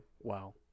Wow